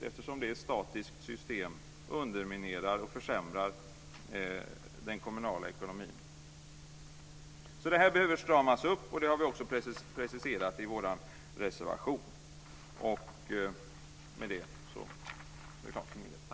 Eftersom det är ett statiskt system underminerar och försämrar det på sikt den kommunala ekonomin. Detta behöver stramas upp. Det har vi preciserat i vår reservation. Med det är det klart för min del.